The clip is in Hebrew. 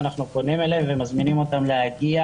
אנחנו פונים אליהם ומזמינים אותם להגיע